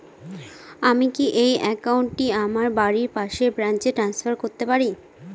আমি কি এই একাউন্ট টি আমার বাড়ির পাশের ব্রাঞ্চে ট্রান্সফার করতে পারি?